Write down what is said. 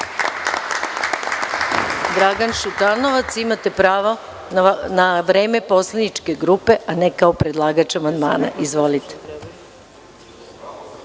Dragan Šutanovac. Imate pravo na vreme poslaničke grupe, a ne kao predlagač amandmana. Izvolite.